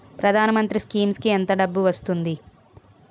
ప్రధాన మంత్రి స్కీమ్స్ కీ ఎంత డబ్బు వస్తుంది?